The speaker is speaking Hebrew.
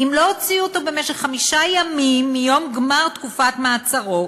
אם לא הוציאו אותו במשך חמישה ימים מיום גמר תקופת מעצרו,